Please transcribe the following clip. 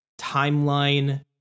timeline